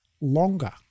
longer